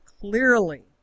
clearly